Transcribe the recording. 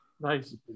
Nice